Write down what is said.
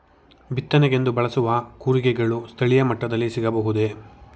ಬಿತ್ತನೆಗೆಂದು ಬಳಸುವ ಕೂರಿಗೆಗಳು ಸ್ಥಳೀಯ ಮಟ್ಟದಲ್ಲಿ ಸಿಗಬಹುದೇ?